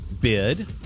bid